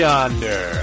Yonder